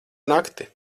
nakti